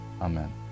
Amen